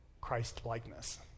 Christ-likeness